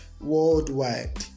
worldwide